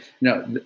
No